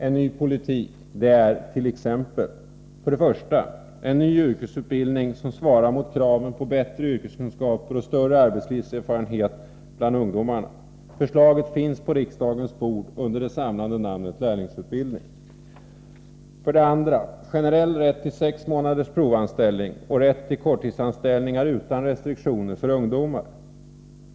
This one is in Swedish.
En ny politik är t.ex.: 1. En ny yrkesutbildning som svarar mot kraven på bättre yrkeskunskaper och större arbetslivserfarenhet bland ungdomarna. Förslaget finns på riksdagens bord under det samlande namnet lärlingsutbildning. 2. Generell rätt till sex månaders provanställning och rätt till korttidsanställningar utan restriktioner för ungdomar.